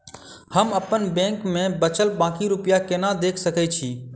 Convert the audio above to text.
हम अप्पन बैंक मे बचल बाकी रुपया केना देख सकय छी?